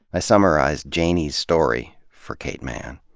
i summarized janey's story for kate manne.